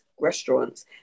restaurants